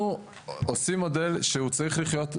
אנחנו עושים מודל שהוא צריך לחיות כלכלי.